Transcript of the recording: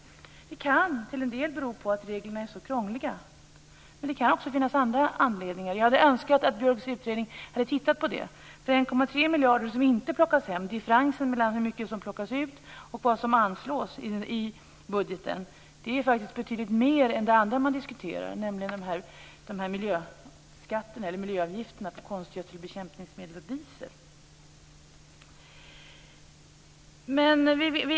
Det kan till en del bero på att reglerna är så krångliga, men det kan också finnas andra anledningar. Jag hade önskat att Björks utredning hade tittat på detta. Differensen mellan hur mycket som plockas ut och vad som anslås i budgeten är betydligt större än det andra man diskuterar, nämligen miljöavgifterna på konstgödsel, bekämpningsmedel och diesel.